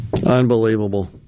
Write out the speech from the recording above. Unbelievable